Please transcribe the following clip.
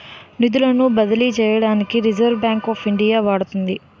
నిధులను బదిలీ చేయడానికి రిజర్వ్ బ్యాంక్ ఆఫ్ ఇండియా వాడుతుంది